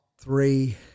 three